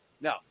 No